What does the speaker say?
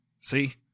See